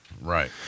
Right